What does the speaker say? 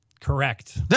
Correct